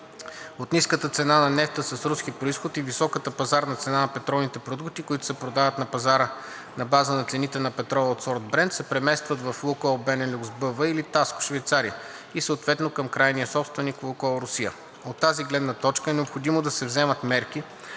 от ниската цена на нефта с руски произход и високата пазарна цена на петролните продукти, които се продават на пазара на база на цените на петрола от сорт „Брент“ се преместват към „Лукойл Бенелюкс“ БВ и „Литаско“ – Швейцария, и съответно към крайния собственик „Лукойл“ – Русия. От тази гледна точка е необходимо да се вземат мерки,